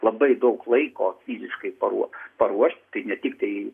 labai daug laiko fiziškai paruo paruošt tai ne tik tai